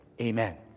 amen